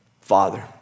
Father